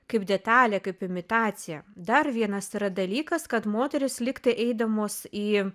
kaip detalė kaip imitacija dar vienas yra dalykas kad moterys lygtai eidamos į